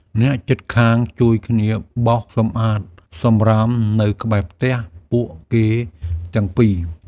អ្នកជិតខាងជួយគ្នាបោសសម្អាតសំរាមនៅក្បែរផ្ទះពួកគេទាំងពីរ។